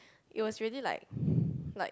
it was really like like